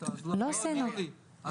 לא הודיעו לי.